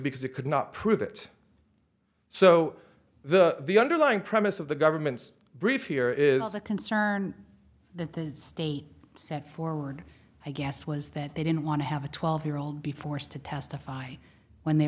because it could not prove it so the underlying premise of the government's brief here is a concern the state sent forward i guess was that they didn't want to have a twelve year old be forced to testify when they